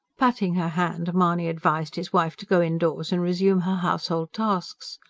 patting her hand, mahony advised his wife to go indoors and resume her household tasks.